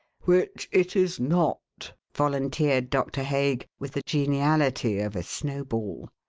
which it is not, volunteered doctor hague, with the geniality of a snowball.